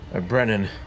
Brennan